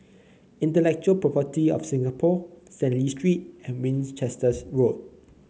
Intellectual Property Office of Singapore Stanley Street and Winchester Road